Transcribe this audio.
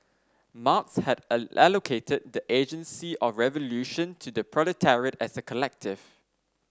Marx had allocated the agency of revolution to the proletariat as a collective